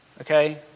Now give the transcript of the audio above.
okay